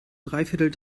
dreiviertel